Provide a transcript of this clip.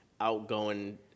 outgoing